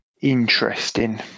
Interesting